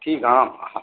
ठीक है हाँ हाँ